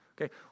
okay